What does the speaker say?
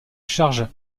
charge